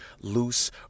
loose